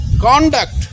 conduct